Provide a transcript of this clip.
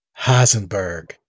Heisenberg